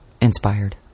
inspired